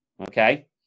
okay